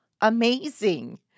amazing